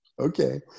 Okay